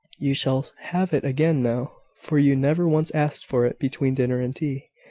you shall have it again now, for you never once asked for it between dinner and tea.